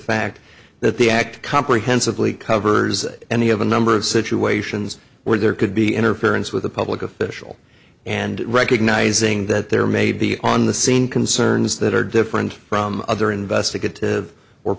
fact that the act comprehensively covers any of a number of situations where there could be interference with a public official and recognizing that there may be on the scene concerns that are different from other investigative or